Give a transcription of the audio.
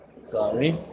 sorry